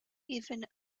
even